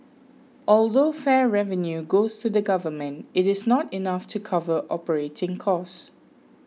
although fare revenue goes to the government it is not enough to cover operating costs